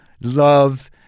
love